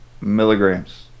milligrams